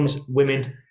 women